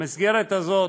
במסגרת הזאת,